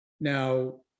Now